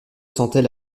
sentait